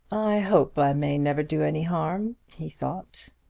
i hope i may never do any harm, he thought.